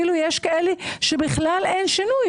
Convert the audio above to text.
יש כאלה שאפילו אין בהם שינוי,